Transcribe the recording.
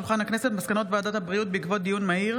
מסקנות ועדת הבריאות בעקבות דיון מהיר